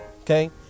Okay